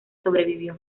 sobrevivió